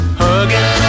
hugging